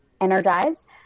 energized